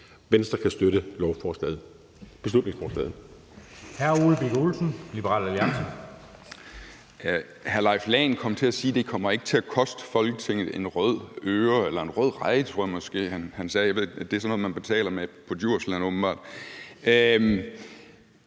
Venstre kan støtte lovforslaget.